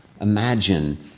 imagine